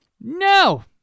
no